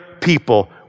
people